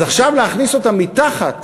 אז עכשיו להכניס אותם מתחת